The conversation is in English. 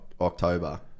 october